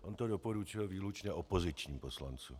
On to doporučil výlučně opozičním poslancům.